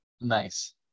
Nice